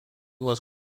was